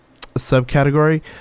subcategory